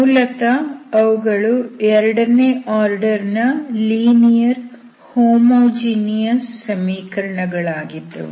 ಮೂಲತಃ ಅವುಗಳು ಎರಡನೇ ಆರ್ಡರ್ ನ ಲೀನಿಯರ್ ಹೋಮೋಜಿನಿಯಸ್ ಸಮೀಕರಣ ಗಳಾಗಿದ್ದವು